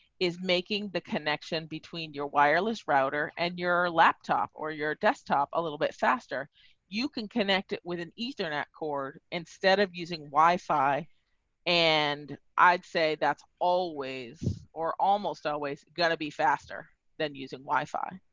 is making the connection between your wireless router and your laptop or your desktop, a little bit faster you can connect it with an ethernet cord instead of using wi fi and i'd say that's always or almost always got to be faster than using wi fi.